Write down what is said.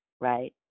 right